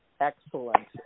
excellent